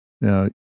Now